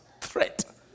threat